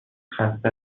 خسته